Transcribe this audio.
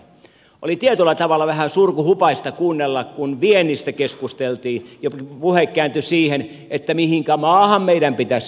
oli tietyllä tavalla vähän surkuhupaista kuunnella kun viennistä keskusteltiin ja puhe kääntyi siihen mihinkä maahan meidän pitäisi viedä